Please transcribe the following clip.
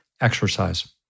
exercise